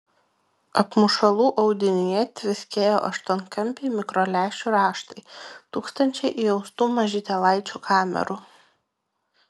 apmušalų audinyje tviskėjo aštuonkampiai mikrolęšių raštai tūkstančiai įaustų mažytėlaičių kamerų